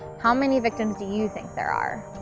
how many victims do you think there are?